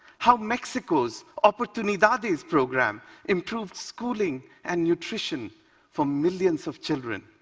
how mexico's oportunidades program improved schooling and nutrition for millions of children.